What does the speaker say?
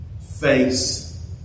face